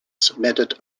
submitted